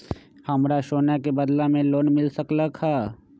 हमरा सोना के बदला में लोन मिल सकलक ह?